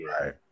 Right